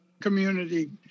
community